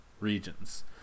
regions